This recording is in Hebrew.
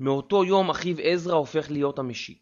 מאותו יום אחיו עזרא הופך להיות המשיא